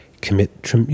commit